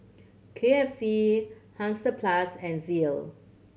K F C Hansaplast and Sealy